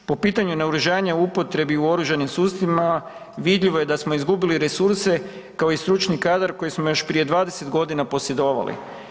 Po pitanju naoružanja u upotrebi u oružanim sustavima vidljivo je da smo izgubili resurse, kao i stručni kadar koji smo još prije 20.g. posjedovali.